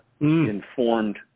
informed